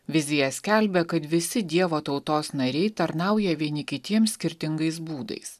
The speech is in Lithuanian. vizija skelbė kad visi dievo tautos nariai tarnauja vieni kitiems skirtingais būdais